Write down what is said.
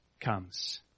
comes